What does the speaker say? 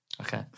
Okay